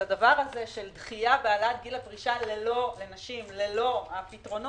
הדבר הזה של דחייה והעלאת גיל הפרישה לנשים ללא הפתרונות,